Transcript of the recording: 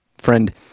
friend